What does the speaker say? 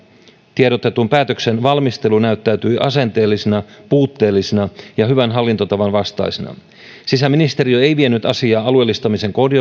tiedotetun päätöksen valmistelu näyttäytyi asenteellisena puutteellisena ja hyvän hallintotavan vastaisena sisäministeriö ei vienyt asiaa alueellistamisen